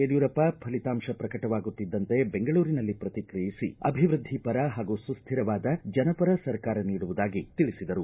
ಯಡಿಯೂರಪ್ಪ ಫಲಿತಾಂಶ ಪ್ರಕಟವಾಗುತ್ತಿದ್ದಂತೆ ಬೆಂಗಳೂರಿನಲ್ಲಿ ಪ್ರತಿಕ್ರಿಯಿಸಿ ಅಭಿವೃದ್ಧಿಪರ ಹಾಗೂ ಸುಸ್ವಿರವಾದ ಜನಪರ ಸರ್ಕಾರವನ್ನು ನೀಡುವುದಾಗಿ ತಿಳಿಸಿದರು